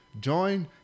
join